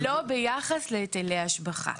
לא ביחס להיטלי השבחה.